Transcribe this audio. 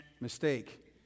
mistake